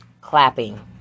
clapping